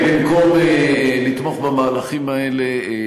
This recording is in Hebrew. חבר הכנסת אגבאריה.